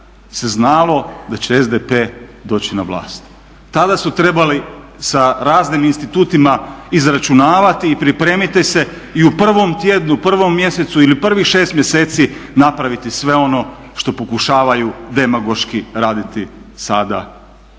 se znalo da će SDP doći na vlast. Tada su trebali sa raznim institutima izračunavati i pripremiti se i u prvom tjednu, prvom mjesecu ili prvih šest mjeseci napraviti sve ono što pokušavaju demagoški raditi sada